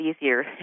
easier